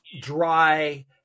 dry